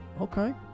Okay